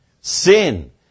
Sin